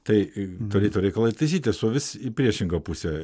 tai e turėtų reikalai taisytis o vis į priešingą pusę